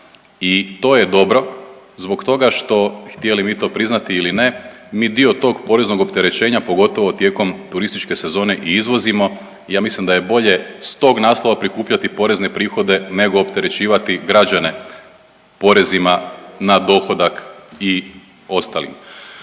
I to je dobro, zbog toga što htjeli mi to priznati ili ne mi dio tog poreznog opterećenja pogotovo tijekom turističke sezone i izvozimo. I ja mislim da je bolje s tog naslova prikupljati porezne prihode nego opterećivati građane porezima na dohodak i ostalim.